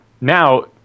now